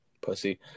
pussy